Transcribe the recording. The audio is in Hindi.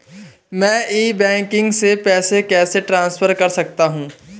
मैं ई बैंकिंग से पैसे कैसे ट्रांसफर कर सकता हूं?